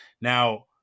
Now